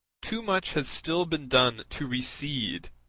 too much has still been done to recede,